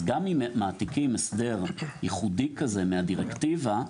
אז גם אם מעתיקים הסדר ייחודי כזה מהדירקטיבה,